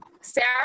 Sarah